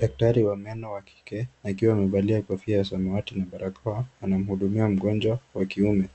Daktari wa meno wa kike akiwa amevalia kofia ya samawati na barakoa, anamhudumia mgonjwa wa kiume.